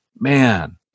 man